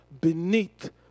beneath